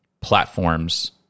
platforms